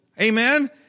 Amen